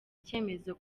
icyemezo